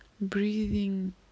breathing